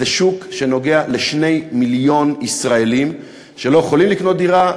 זה שוק שנוגע ל-2 מיליון ישראלים שלא יכולים לקנות דירה,